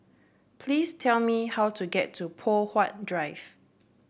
please tell me how to get to Poh Huat Drive